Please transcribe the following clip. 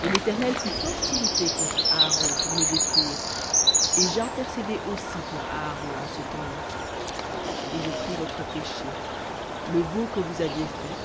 et l'éternel fut fort irrité contre aaron pour le détruire et j'intercédai aussi pour aaron en ce temps-là et je pris votre péché le veau que vous aviez fait